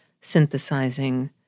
synthesizing